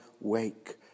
wake